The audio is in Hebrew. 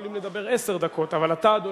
על כולן ישיב בסוף השר אלי ישי.